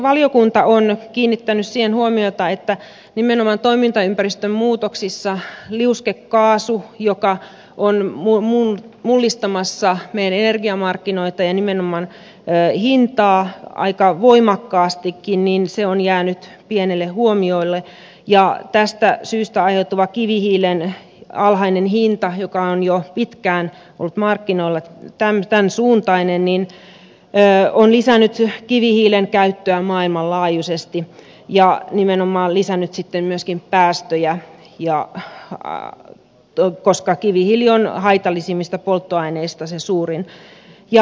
valiokunta on kiinnittänyt siihen huomiota että nimenomaan toimintaympäristön muutoksista liuskekaasu joka on mullistamassa meidän energiamarkkinoita ja nimenomaan hintaa aika voimakkaastikin on jäänyt pienelle huomiolle ja tästä syystä aiheutuva kivihiilen alhainen hinta joka on jo pitkään ollut markkinoilla tämän suuntainen on lisännyt kivihiilen käyttöä maailmanlaajuisesti ja nimenomaan lisännyt sitten myöskin päästöjä koska kivihiili on haitallisimmista polttoaineista se suurin